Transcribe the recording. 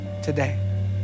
today